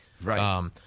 Right